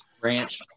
Ranch